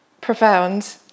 profound